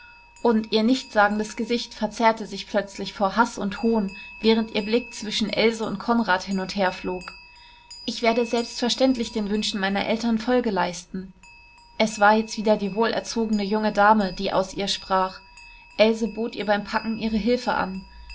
und ihr nichtssagendes gesicht verzerrte sich plötzlich vor haß und hohn während ihr blick zwischen else und konrad hin und her flog ich werde selbstverständlich den wünschen meiner eltern folge leisten es war jetzt wieder die wohlerzogene junge dame die aus ihr sprach else bot ihr beim packen ihre hilfe an